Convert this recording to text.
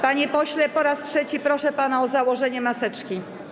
Panie pośle, po raz trzeci proszę pana o założenie maseczki.